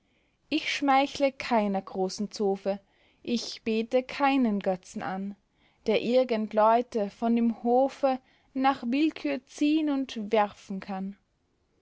ich schmeichle keiner großen zofe ich bete keinen götzen an der irgend leute von dem hofe nach willkür ziehn und werfen kann